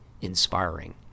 inspiring